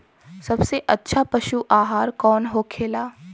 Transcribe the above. सबसे अच्छा पशु आहार कौन होखेला?